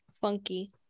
funky